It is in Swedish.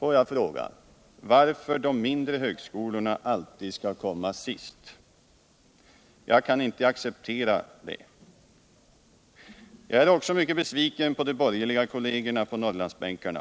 Men varför skall de mindre högskolorna alltid komma i fråga sist? Det kan jag inte acceptera. Jag är också mycket besviken på de borgerliga kollegerna på Norrlandsbänken.